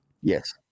Yes